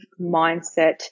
mindset